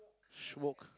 smoke